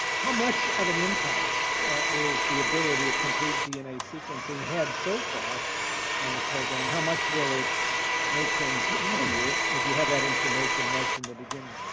how much of an impact is the ability of complete dna sequencing had so far on the program, how much will it make things easier, if you have that information right from the beginning?